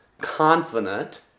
confident